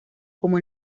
como